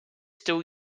still